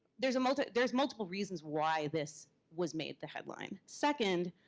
there's multiple there's multiple reasons why this was made the headline. second,